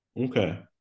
Okay